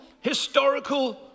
historical